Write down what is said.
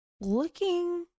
looking